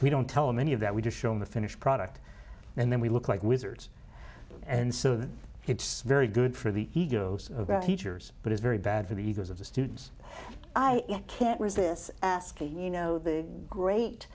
we don't tell them any of that we just shown the finished product and then we look like wizards and so that it's very good for the egos about teachers but it's very bad for the egos of the students i can't resist asking you know the great